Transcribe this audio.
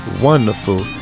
wonderful